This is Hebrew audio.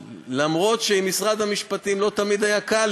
ולמרות שעם משרד המשפטים לא תמיד היה קל,